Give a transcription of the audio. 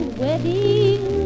wedding